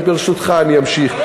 ברשותך, אני אמשיך.